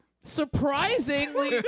Surprisingly